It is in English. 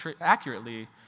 accurately